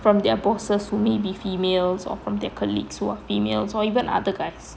from their bosses who may be females or from their colleagues who are females or even other guys